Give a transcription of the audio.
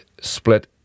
split